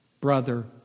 brother